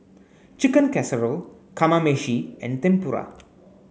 Chicken Casserole Kamameshi and Tempura